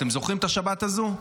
אתם זוכרים את השבת הזו?